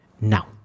Now